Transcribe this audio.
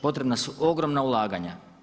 Potrebna su ogromna ulaganja.